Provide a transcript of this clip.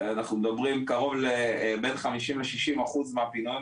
אנחנו מדברים על קרוב לבין 50 ל-60 אחוז מהפינויים